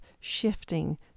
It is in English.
shifting